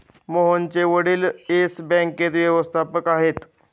मोहनचे वडील येस बँकेत व्यवस्थापक आहेत